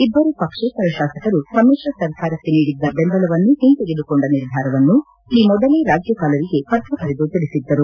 ಇಬ್ಬರು ಪಕ್ಷೇತರ ಶಾಸಕರು ಸಮ್ಮಿಶ್ರ ಸರ್ಕಾರಕ್ಕೆ ನೀಡಿದ್ದ ಬೆಂಬಲವನ್ನು ಹಿಂತೆಗೆದುಕೊಂಡ ನಿರ್ಧಾರವನ್ನು ಈ ಮೊದಲೇ ರಾಜ್ಯಪಾಲರಿಗೆ ಪತ್ರ ಬರೆದು ತಿಳಿಸಿದ್ದರು